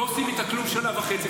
לא עושים איתו כלום שנה וחצי,